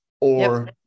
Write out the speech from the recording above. or-